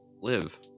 live